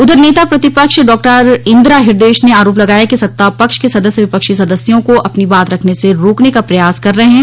उधर नेता प्रतिपक्ष डॉ इंदिरा ह्रदयेश ने आरोप लगाया कि सत्ता पक्ष के सदस्य विपक्षी सदस्यों को अपनी बात रखने से रोकने का प्रयास कर रहे हैं